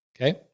Okay